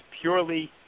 purely